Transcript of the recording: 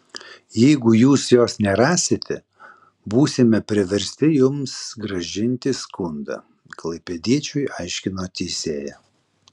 jeigu jūs jos nerasite būsime priversti jums grąžinti skundą klaipėdiečiui aiškino teisėja